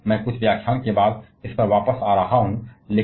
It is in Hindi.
खैर मैं कुछ व्याख्यान के बाद इस पर वापस आ रहा हूँ